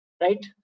right